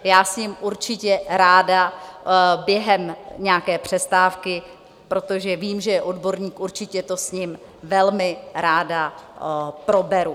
Já s ním určitě ráda během nějaké přestávky, protože vím, že je odborník, určitě to s ním velmi ráda proberu.